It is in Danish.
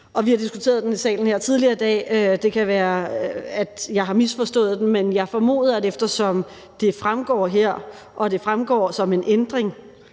Vi har diskuteret det i salen her tidligere i dag, og det kan være, at jeg har misforstået det, men jeg formoder, at eftersom det fremgår her og fremgår som en ændring,